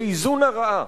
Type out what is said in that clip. לאיזון הרעה.